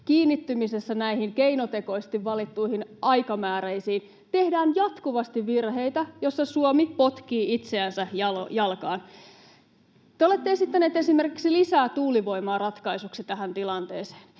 kiinnittymisessä näihin keinotekoisesti valittuihin aikamääreisiin, tehdään jatkuvasti virheitä, joissa Suomi potkii itseänsä jalkaan. Te olette esittäneet esimerkiksi lisää tuulivoimaa ratkaisuksi tähän tilanteeseen.